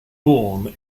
born